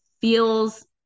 feels